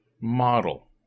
model